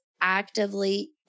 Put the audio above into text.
actively